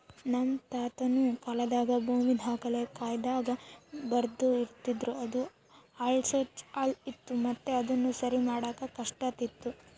ನಮ್ ತಾತುನ ಕಾಲಾದಾಗ ಭೂಮಿ ದಾಖಲೆನ ಕಾಗದ್ದಾಗ ಬರ್ದು ಇಡ್ತಿದ್ರು ಅದು ಅಳ್ಸೋ ಚಾನ್ಸ್ ಇತ್ತು ಮತ್ತೆ ಅದುನ ಸರಿಮಾಡಾಕ ಕಷ್ಟಾತಿತ್ತು